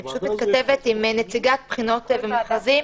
אני פשוט מתכתבת עם נציגת בחינות ומכרזים,